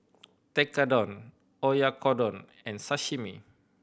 Tekkadon Oyakodon and Sashimi